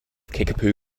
kickapoo